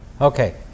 Okay